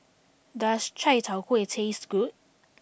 does Chai Tow Kuay taste good